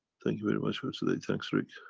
thank you very much for today. thanks rick.